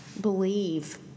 believe